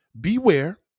beware